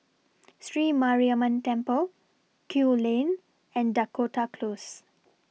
Sri Mariamman Temple Kew Lane and Dakota Close